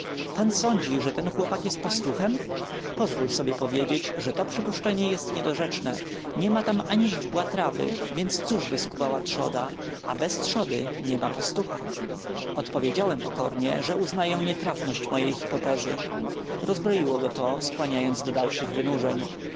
pan sądzi że ten chłopak jest pastuchem pozwól sobie powiedzieć że to przypuszczenie jest niedorzeczne niema tam ani źdźbła trawy więc cóżby skubała trzoda a bez trzody niema pastucha odpowiedziałem pokornie że uznaję nietrafność mojej hypotezy rozbroiło go to skłaniając do dalszych wynurzeń